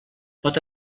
pot